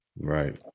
Right